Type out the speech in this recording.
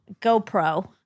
GoPro